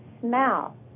smell